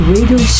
Radio